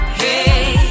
hey